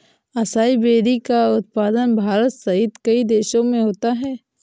acai berry का उत्पादन भारत सहित कई देशों में होता है